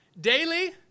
daily